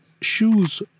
shoes